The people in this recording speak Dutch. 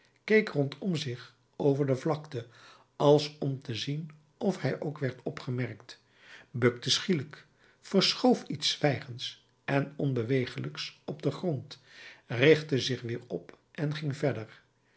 keek rondom zich over de vlakte als om te zien of hij ook werd opgemerkt bukte schielijk verschoof iets zwijgends en onbewegelijks op den grond richtte zich weer op en ging verder